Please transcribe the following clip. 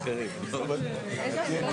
הישיבה